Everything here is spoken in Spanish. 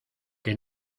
que